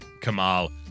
Kamal